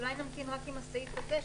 אולי נמתין רק אם הסעיף הזה,